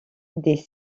des